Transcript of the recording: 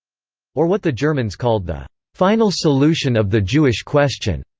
or what the germans called the final solution of the jewish question.